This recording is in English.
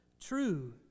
true